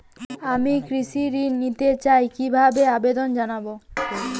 আমি কৃষি ঋণ নিতে চাই কি ভাবে আবেদন করব?